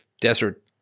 desert